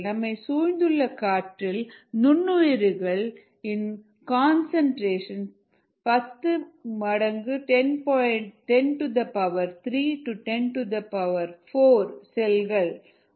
நம்மை சூழ்ந்துள்ள காற்றில் நுண்ணுயிரிகள் இன் கன்சன்ட்ரேஷன் 103 104 செல்கள் ஒரு எம்எல் இல் உள்ளன